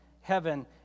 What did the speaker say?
heaven